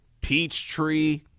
Peachtree